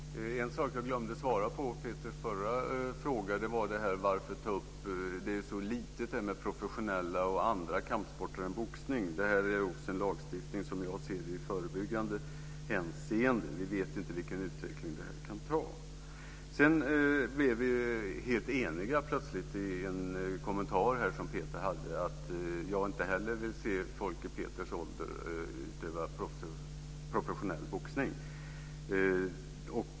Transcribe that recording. Herr talman! En sak som jag glömde svara på i Peters förra fråga var varför man skulle ta upp de professionella andra kampsporterna, som inte är boxning. De är ju så små, sade man. Men som jag ser det är detta också en lagstiftning i förebyggande hänseende. Vi vet inte vilken utveckling detta kan få. Vi blev plötsligt helt eniga i och med en kommentar som Peter gjorde. Jag vill inte heller se folk i Peters ålder utöva professionell boxning.